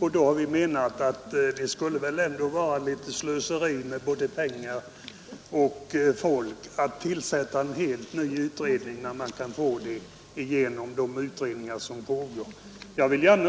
utredningarna inte kommer att behandla. Vi har då ansett att det skulle vara något av ett slöseri med både pengar och folk att därutöver tillsätta en helt ny utredning, när vi ändå borde kunna uppnå resultat med de redan pågående utredningarna.